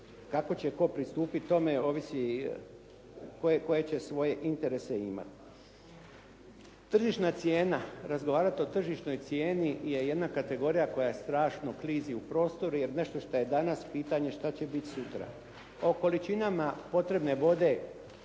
kako će tko pristupiti tome ovisi koje će svoje interese imati. Tržišna cijena. Razgovarati o tržišnoj cijeni je jedna kategorija koja strašno klizi u prostor jer nešto što je danas pitanje što će biti sutra. O količinama potrebne vode